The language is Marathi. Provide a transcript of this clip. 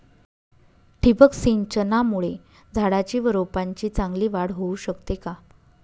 ठिबक सिंचनामुळे झाडाची व रोपांची चांगली वाढ होऊ शकते का?